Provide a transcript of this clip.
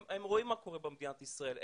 הם רואים מה קורה במדינת ישראל,